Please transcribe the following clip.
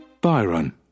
Byron